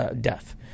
death